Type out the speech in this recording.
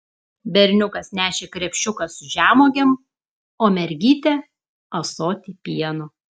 berniukas nešė krepšiuką su žemuogėm o mergytė ąsotį pieno